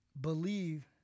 believe